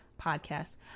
podcast